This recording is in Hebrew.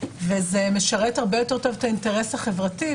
וזה משרת הרבה יותר טוב את האינטרס החברתי.